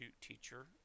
teacher